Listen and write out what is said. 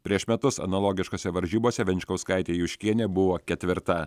prieš metus analogiškose varžybose venčkauskaitė juškienė buvo ketvirta